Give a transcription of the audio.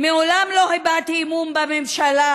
מעולם לא הבעתי אמון בממשלה,